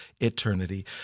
eternity